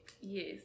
Yes